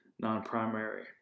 non-primary